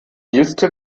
liste